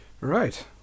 Right